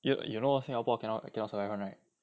you you know singapore cannot cannot survive [one] right